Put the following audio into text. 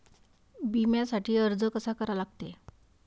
बिम्यासाठी अर्ज कसा करा लागते?